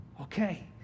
Okay